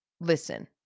listen